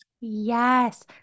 Yes